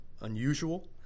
unusual